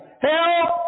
Help